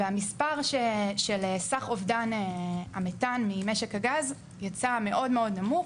והמספר של סך אובדן המתאן ממשק הגז יצא מאוד נמוך,